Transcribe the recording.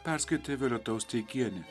perskaitė violeta osteikienė